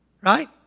right